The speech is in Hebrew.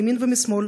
מימין ומשמאל,